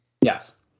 Yes